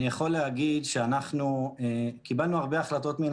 אני יודע להגיד שמבחינת האחוזים של אי טיפול